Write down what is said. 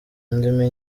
ndimi